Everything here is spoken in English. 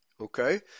okay